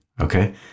okay